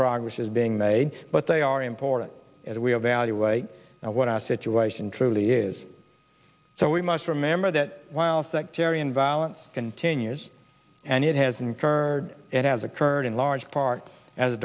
progress is being made but they are important as we evaluate what our situation truly is so we must remember that while sectarian violence continues and it has incurred it has occurred in large part as a